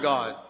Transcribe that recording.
God